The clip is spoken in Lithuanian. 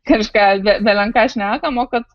kažką be belenką šnekam o kad